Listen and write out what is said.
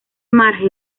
marge